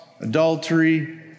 adultery